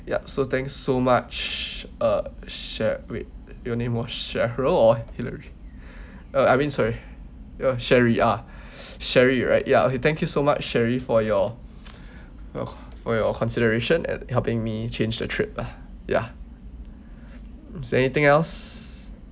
ya so thank so much uh sher~ wait your name was cheryl or hillary uh I mean sorry ya sherri ah sherri right ya okay thank you so much sherri for your for your consideration and helping me change the trip ah ya is there anything else